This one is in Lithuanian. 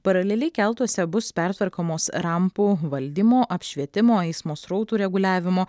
paraleliai keltuose bus pertvarkomos rampų valdymo apšvietimo eismo srautų reguliavimo